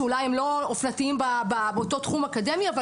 שאולי הם לא אופנתיים באותו תחום אקדמי אבל